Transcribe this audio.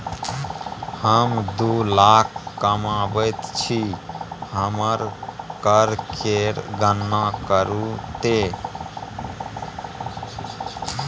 हम दू लाख कमाबैत छी हमर कर केर गणना करू ते